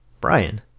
Brian